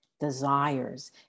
desires